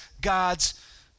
God's